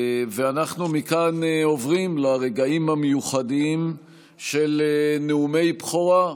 אנחנו מכאן עוברים לרגעים המיוחדים של נאומי בכורה.